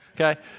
Okay